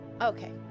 Okay